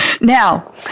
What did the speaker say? Now